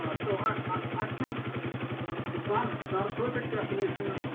so i think it's not it's not a perfect definition,